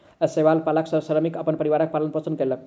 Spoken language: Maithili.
शैवाल पालन सॅ श्रमिक अपन परिवारक पालन पोषण कयलक